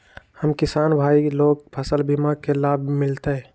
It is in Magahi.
हम किसान भाई लोग फसल बीमा के लाभ मिलतई?